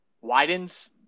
widens